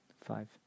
five